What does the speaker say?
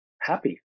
happy